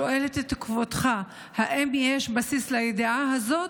אני שואלת את כבודך: האם יש בסיס לידיעה הזאת?